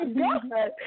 god